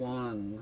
one